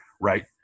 right